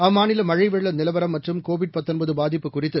அம்மாநில மழை வெள்ள நிலவரம் மற்றும் கோவிட் பாதிப்பு குறித்து